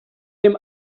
him